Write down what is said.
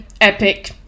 epic